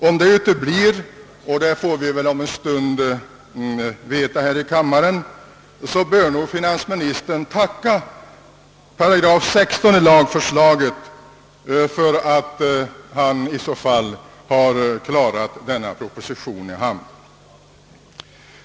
Om detta uteblir — och det får vi senare se här i kammaren — bör nog finansministern tacka 16 8 i lagförslaget för att propositionen klarats i hamn.